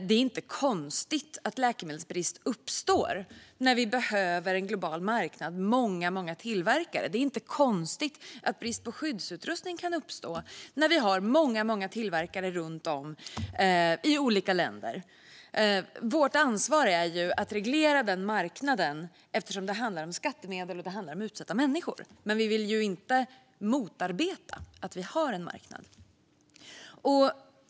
Det är inte konstigt att läkemedelsbrist uppstår när vi behöver många, många tillverkare på en global marknad. Det är inte konstigt att brist på skyddsutrustning kan uppstå när vi har många, många tillverkare runt om i olika länder. Vårt ansvar är att reglera den marknaden, eftersom det handlar om skattemedel och utsatta människor. Men vi vill ju inte motarbeta att vi har en marknad.